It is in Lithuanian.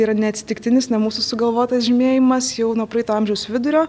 yra neatsitiktinis ne mūsų sugalvotas žymėjimas jau nuo praeito amžiaus vidurio